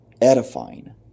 edifying